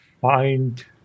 find